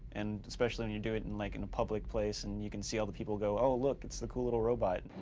and especially when you do it and like in a public place and you can see all the people go, oh, look, it's a cool little robot.